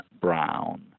brown